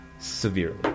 severely